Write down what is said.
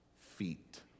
feet